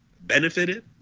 benefited